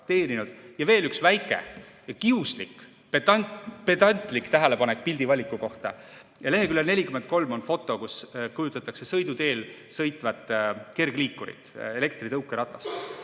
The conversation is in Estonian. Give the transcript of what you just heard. teeninud. Veel üks väike kiuslik, pedantlik tähelepanek pildivaliku kohta. Leheküljel 43 on foto, millel kujutatakse sõiduteel sõitvat kergliikurit, elektritõukeratas.